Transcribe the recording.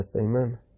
Amen